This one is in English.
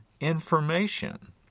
information